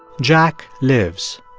jack lives.